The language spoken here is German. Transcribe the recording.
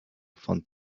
von